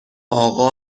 آقا